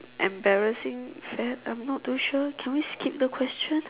embarrassing fad I'm not to sure can we skip the question